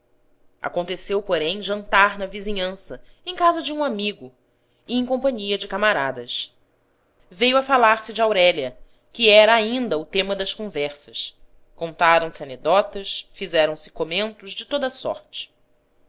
aconteceu porém jantar na vizinhança em casa de um amigo e em companhia de camaradas veio a falar-se de aurélia que era ainda o tema das conversas contaram se anedotas fizeram-se comentos de toda a sorte